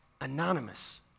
Anonymous